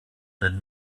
than